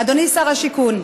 אדוני שר השיכון,